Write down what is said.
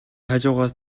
хажуугаас